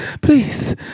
please